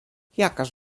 jakaż